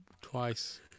twice